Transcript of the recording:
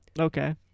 okay